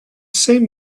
same